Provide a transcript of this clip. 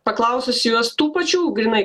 paklausus juos tų pačių grynai